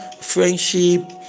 friendship